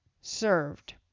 served